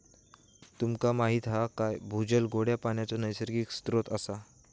तुमका माहीत हा काय भूजल गोड्या पानाचो नैसर्गिक स्त्रोत असा